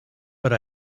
but